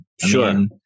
Sure